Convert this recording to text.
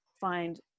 find